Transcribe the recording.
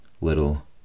little